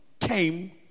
came